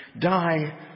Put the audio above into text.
Die